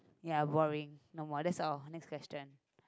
ya boring no more that's all next question